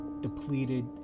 Depleted